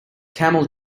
camel